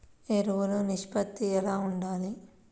ఎరువులు నిష్పత్తి ఎలా ఉండాలి?